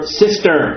sister